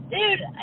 Dude